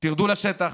תרדו לשטח,